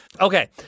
Okay